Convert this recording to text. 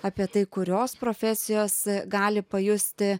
apie tai kurios profesijos gali pajusti